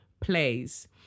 plays